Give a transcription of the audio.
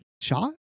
shot